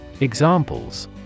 Examples